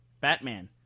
Batman